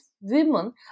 women